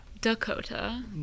Dakota